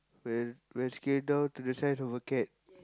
when when scale down to the size of a cat